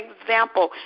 example